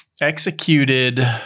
executed